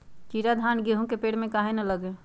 कीरा धान, गेहूं के पेड़ में काहे न लगे?